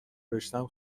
رشتهام